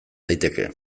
daiteke